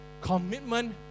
commitment